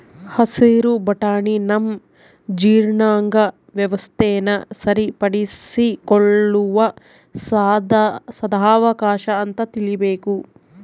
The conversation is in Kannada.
ಹಸಿರು ಬಟಾಣಿ ನಮ್ಮ ಜೀರ್ಣಾಂಗ ವ್ಯವಸ್ಥೆನ ಸರಿಪಡಿಸಿಕೊಳ್ಳುವ ಸದಾವಕಾಶ ಅಂತ ತಿಳೀಬೇಕು